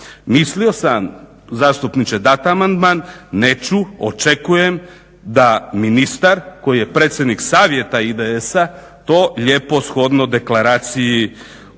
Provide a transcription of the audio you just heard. Mislio sam zastupniče dat amandman, neću, očekujem da ministar koji je predsjednik savjeta IDS-a to lijepo shodno deklaraciji o